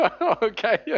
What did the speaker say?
Okay